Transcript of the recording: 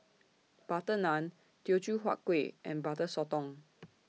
Butter Naan Teochew Huat Kueh and Butter Sotong